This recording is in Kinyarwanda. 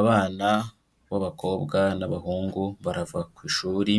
Abana b'abakobwa n'abahungu barava ku ishuri,